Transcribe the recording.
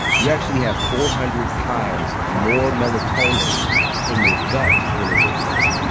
you actually have four hundred times more melatonin in your gut than in your brain,